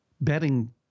betting